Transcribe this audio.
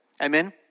Amen